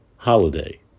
Holiday